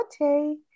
Okay